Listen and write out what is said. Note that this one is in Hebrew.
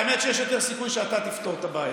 האמת היא שיש יותר סיכוי שאתה תפתור את הבעיה.